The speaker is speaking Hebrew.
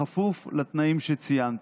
בכפוף לתנאים שציינתי.